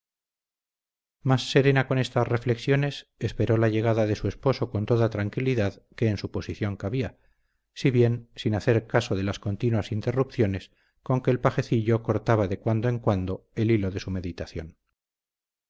más serena con estas reflexiones esperó la llegada de su esposo con toda tranquilidad que en su posición cabía si bien sin hacer caso de las continuas interrupciones con que el pajecillo cortaba de cuando en cuando el hilo de su meditación